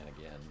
again